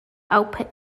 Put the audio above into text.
output